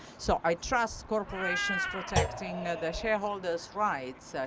so i trust corporations protecting their shareholders' rights.